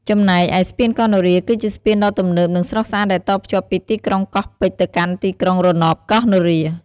ចំណែកឯស្ពានកោះនរា គឺជាស្ពានដ៏ទំនើប និងស្រស់ស្អាតដែលតភ្ជាប់ពីទីក្រុងកោះពេជ្រទៅកាន់ទីក្រុងរណបកោះនរា។